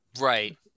right